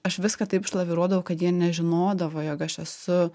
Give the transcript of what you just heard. aš viską taip išlaviruodavau kad jie nežinodavo jog aš esu